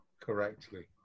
correctly